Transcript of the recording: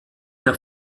der